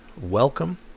welcome